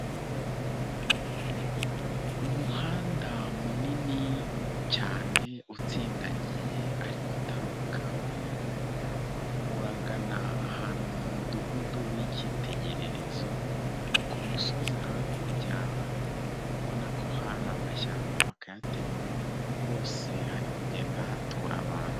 Umuhanda munini cyane utsindagiye ariko utari uwa kaburimbo, uragana ahantu mu mudugudu w'icyitegererezo ku musozi hakurya ubona ko hari amashyamba bakayatema, hose hari kugenda hatura abantu.